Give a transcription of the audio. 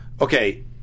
okay